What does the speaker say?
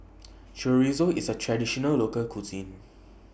Chorizo IS A Traditional Local Cuisine